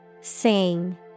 Sing